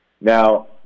Now